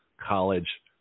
college